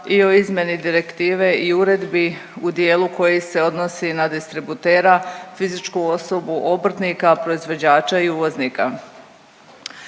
i o izmjeni direktive i uredbi u dijelu koji se odnosi na distributera, fizičku osobu, obrtnika, proizvođača i uvoznika.